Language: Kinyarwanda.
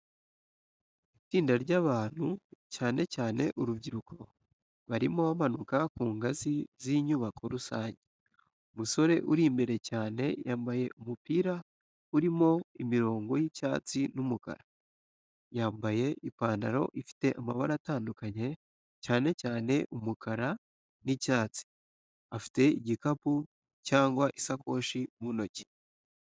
Itsinda ry’abantu, cyane cyane urubyiruko, barimo bamanuka ku ngazi z’inyubako rusange. Umusore uri imbere cyane yambaye umupira urimo imirongo y’icyatsi n’umukara, yambaye ipantaro ifite amabara atandukanye cyane cyane umukara n’icyatsi, afite igikapu cyangwa isakoshi mu ntoki.